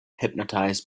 hypnotized